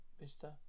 mister